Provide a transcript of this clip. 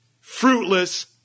fruitless